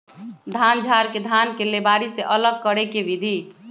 धान झाड़ के धान के लेबारी से अलग करे के विधि